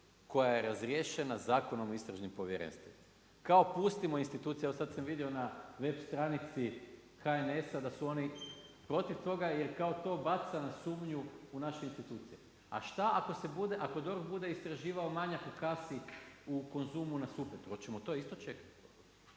koja je razriješena Zakonom o istražnim povjerenstvima? Kao pustimo institucije, evo sada sam vidio na web stranici HNS-a da su oni protiv toga jer kao to baca sumnju u naše institucije. A šta ako DORH bude istraživao manjak u kasi u Konzumu na Supetru, hoćemo to isto čekati?